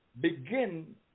begin